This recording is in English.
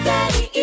Daddy